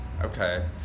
okay